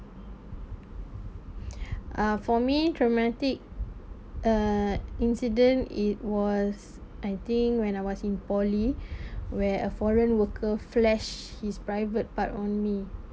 ah for me traumatic uh incident it was I think when I was in poly where a foreign worker flash his private part on me